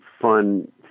fun